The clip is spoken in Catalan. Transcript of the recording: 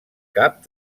cap